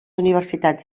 universitats